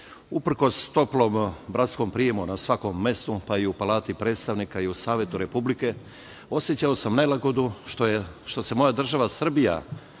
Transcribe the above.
Uprkos toplom bratskom prijemu na svakom mestu, pa i u Palati predstavnika i u Savetu Republike, osećao sam nelagodu što se moja država Srbija,